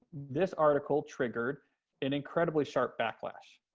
this article triggered an incredibly sharp backlash.